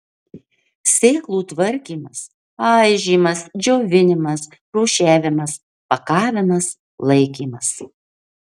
sėklų tvarkymas aižymas džiovinimas rūšiavimas pakavimas laikymas